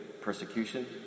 persecution